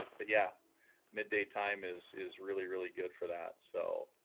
but yeah midday time is is really really good for that so